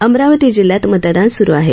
अमरावती जिल्ह्यात मतदान स्रु आहे